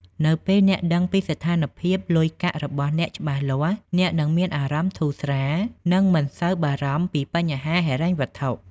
នៅពេលអ្នកដឹងពីស្ថានភាពលុយកាក់របស់អ្នកច្បាស់លាស់ អ្នកនឹងមានអារម្មណ៍ធូរស្រាល និងមិនសូវបារម្ភពីបញ្ហាហិរញ្ញវត្ថុ។